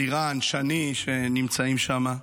אלירן, שני, שנמצאים שם,